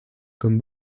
comme